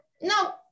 no